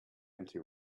empty